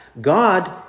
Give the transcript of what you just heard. God